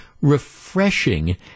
refreshing